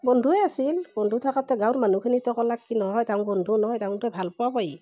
বন্ধুৱে আছিল বন্ধু থাকোঁতে গাঁৱৰ মানুহখিনি ত' ক'লাক কি নহয় তাহুন বন্ধু নহয় তাহুন দুটাই ভালপোৱা পুই